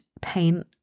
paint